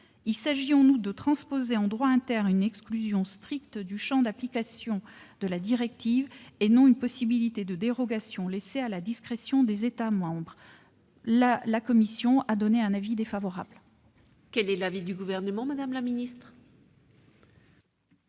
Il s'agit en outre de transposer en droit interne une exclusion stricte du champ d'application de la directive. Ce n'est pas une possibilité de dérogation laissée à la discrétion des États membres. La commission spéciale a émis un avis défavorable. Quel est l'avis du Gouvernement ? La rédaction